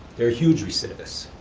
they're huge recidivists.